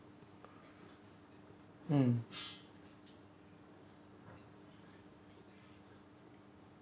mm